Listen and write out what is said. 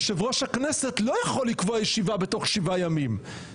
יושב-ראש הכנסת לא יכול לקבוע ישיבה בתוך שבעה ימים.